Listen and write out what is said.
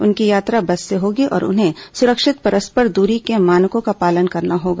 उनकी यात्रा बस से होगी और उन्हें सुरक्षित परस्पर दूरी के मानकों का पालन करना होगा